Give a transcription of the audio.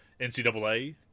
ncaa